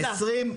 תודה, תודה.